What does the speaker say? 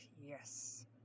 yes